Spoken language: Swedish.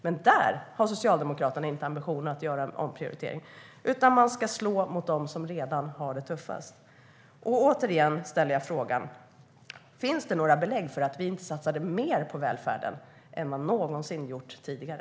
Men där har Socialdemokraterna inte ambitionen att göra någon omprioritering, utan man ska slå mot dem som redan har det tuffast. Jag ställer återigen frågan: Finns det några belägg för att vi inte satsade mer på välfärden än vad man någonsin gjort tidigare?